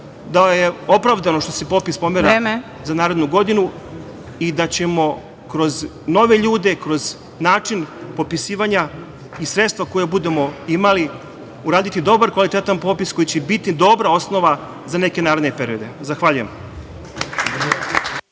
da je opravdano što se popis pomera za narednu godinu i da ćemo kroz nove ljude, kroz način popisivanja i sredstva koja budemo imali uraditi dobar, kvalitetan popis koji će biti dobra osnova za neke naredne periode. Zahvaljujem.